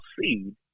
seed